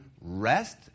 rest